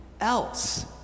ELSE